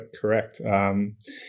correct